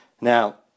Now